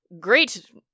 great